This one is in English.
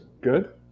good